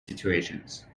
situations